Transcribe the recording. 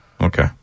Okay